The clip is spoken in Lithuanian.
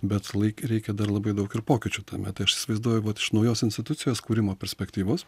bet laik reikia dar labai daug ir pokyčių tame tai aš įsivaizduoju vat iš naujos institucijos kūrimo perspektyvos